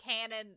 canon